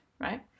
right